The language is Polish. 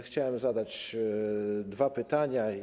Chciałem zadać dwa pytania.